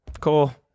Cool